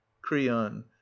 creon